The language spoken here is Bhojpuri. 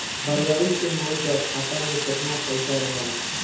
फरवरी से मई तक खाता में केतना पईसा रहल ह?